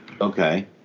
Okay